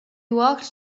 walked